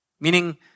Meaning